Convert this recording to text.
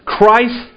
Christ